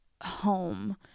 home